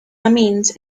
amiens